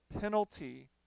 penalty